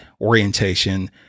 orientation